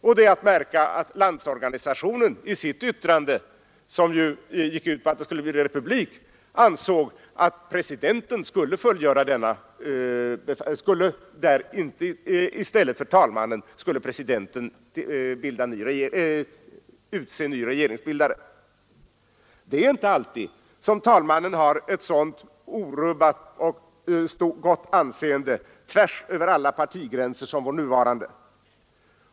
Och det är att märka att Landsorganisationen i sitt yttrande, som ju gick ut på att det skulle bli republik, ansåg att i stället för talmannen presidenten skulle utse ny regeringsbildare. Det är inte alltid som talmannen har ett så orubbat gott anseende tvärs över alla partigränser som vår nuvarande.